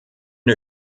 der